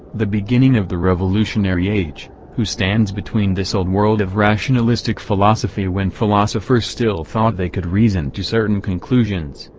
the beginning of the revolutionary age, who stands between this old world of rationalistic philosophy when philosophers still thought they could reason to certain conclusions,